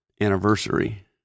anniversary